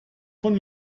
von